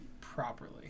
properly